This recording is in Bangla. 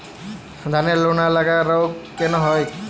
ধানের লোনা লাগা রোগ কেন হয়?